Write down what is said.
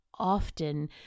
often